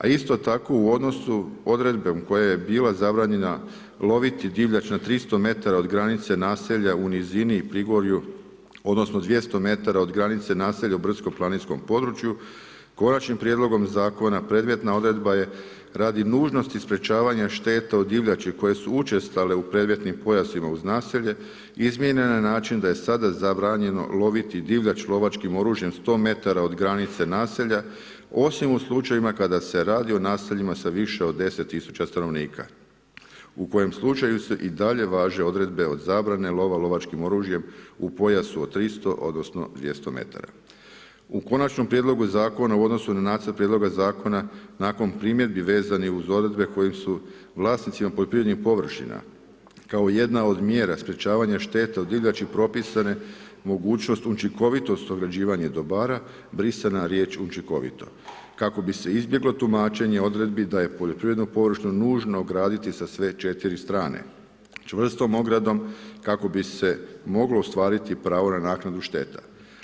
A isto tako u odnosu odredbom koja je bila zabranjena loviti divljač na 300 m od granice naselja u nizini i prigorju, odnosno, 200 m od granice naselja u brdsko planinskom području, konačnim prijedlogom zakona, predmetna odredba je radi nužnosti sprječavanja šteta od divljači koje su učestale u predmetnim pojasima uz naselje izmijenjena je na način da je sada zabranjeno loviti divljač lovačkim oružjem 100 m od granice naselja osim u slučajevima kada se radi o naseljima sa više od 10000 st. u kojem slučaju se i dalje važe odredbe od zabrane lova lovačkim oružjem u pojasu od 300 odnosno 200 m. U konačnom prijedlogu zakona u odnosu na nacrt prijedloga zakona, nakon primjedbi vezanih uz odredbe kojem su vlasnici poljoprivrednih površina kao jedna od mjera sprječavanje šteta od divljači, propisane mogućnost učinkovitost određivanje dobara brisana riječ učinkovito, kako bi se izbjeglo tumačenje odredbi da je poljoprivredno površno nužno graditi sa sve 4 strane, čvrstom ogradom, kako bi se moglo ostvariti pravo na naknadu šteta.